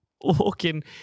walking